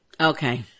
Okay